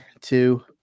two